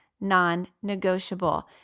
non-negotiable